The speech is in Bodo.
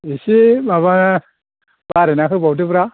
इसे माबा बारायना होबावदोब्रा